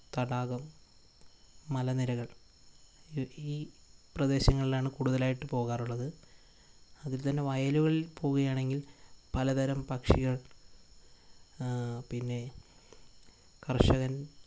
തടാകം മലനിരകൾ ഈ പ്രദേശങ്ങളിലാണ് കൂടുതലായിട്ട് പോകാറുള്ളത് അതിൽ തന്നെ വയലുകളിൽ പോകുകയാണെങ്കിൽ പലതരം പക്ഷികൾ പിന്നെ കർഷകൻ